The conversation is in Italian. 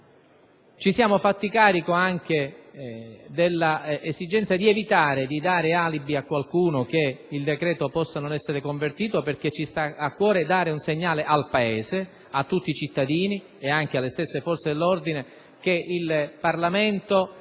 Ci siamo fatti carico anche dell'esigenza di evitare di dare alibi a qualcuno perché il decreto possa non essere convertito, perché ci sta a cuore mostrare al Paese, a tutti i cittadini e alle stesse forze dell'ordine che il Parlamento